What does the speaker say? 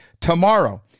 tomorrow